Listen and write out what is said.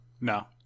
No